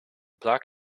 black